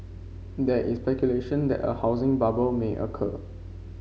there is speculation that a housing bubble may occur